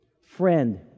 friend